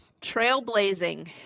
trailblazing